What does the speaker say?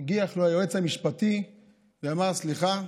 הגיע לו היועץ המשפטי ואמר: סליחה,